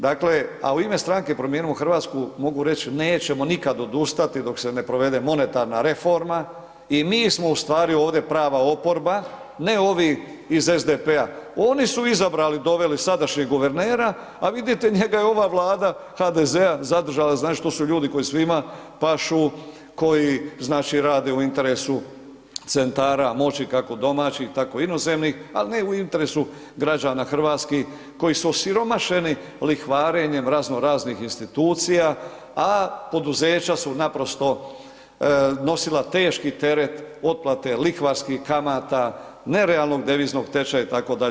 Dakle, a u ime stranke Promijenimo Hrvatsku mogu reći nećemo nikada odustati dok se ne provede monetarna reforma i mi smo u stvari ovdje prava oporba, ne ovi iz SDP-a, oni su izabrali doveli sadašnjeg guvernera, a vidite njega je ova Vlada HDZ-a zadržala, znači to su ljudi koji svima pašu, koji znači rade u interesu centara moći kako domaćih, tako inozemnih, al ne u interesu građana hrvatskih koji su osiromašeni lihvarenjem razno raznih institucija, a poduzeća su naprosto nosila teški teret otplate lihvarskih kamata, nerealnog deviznog tečaja itd., itd.